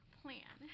plan